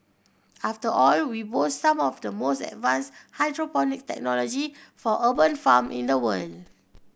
after all we boast some of the most advanced hydroponic technology for urban farm in the world